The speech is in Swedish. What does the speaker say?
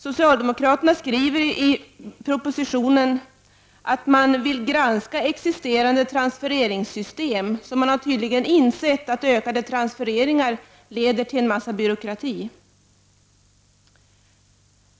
Socialdemokraterna skriver i propositionen att man vill granska existerande transfereringssystem, så man har tydligen insett att ökade transfereringar leder till en massa byråkrati.